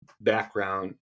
background